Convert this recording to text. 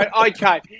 okay